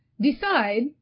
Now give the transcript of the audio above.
Decide